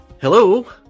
hello